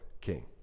King